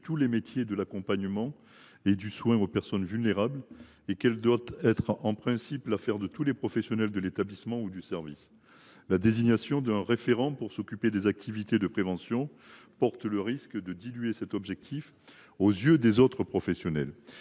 tous les métiers de l’accompagnement et du soin aux personnes vulnérables, et qu’elle doit être, en principe, l’affaire de tous les professionnels de l’établissement ou du service concerné. La désignation d’un référent pour s’occuper des activités de prévention risque de diluer cet objectif aux yeux des autres professionnels.